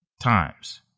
times